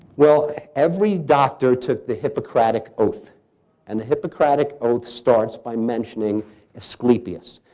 well every doctor took the hippocratic oath and the hippocratic oath starts by mentioning asclepius.